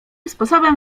sposobem